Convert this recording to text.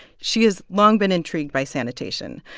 she has long been intrigued by sanitation.